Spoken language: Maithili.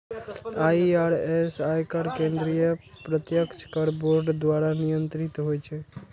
आई.आर.एस, आयकर केंद्रीय प्रत्यक्ष कर बोर्ड द्वारा नियंत्रित होइ छै